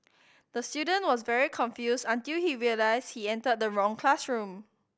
the student was very confused until he realised he entered the wrong classroom